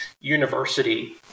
university